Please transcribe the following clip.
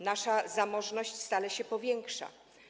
Nasza zamożność stale się powiększa.